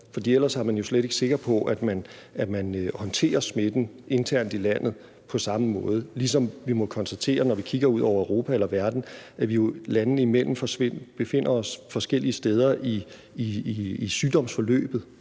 ellers er man jo slet ikke sikker på, at man håndterer smitten internt i landet på samme måde, ligesom vi må konstatere, når vi kigger ud over Europa og verden, at vi jo landene imellem befinder os forskellige steder i sygdomsforløbet.